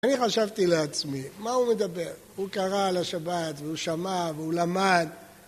אני חשבתי לעצמי, מה הוא מדבר? הוא קרא על השבת, והוא שמע, והוא למד.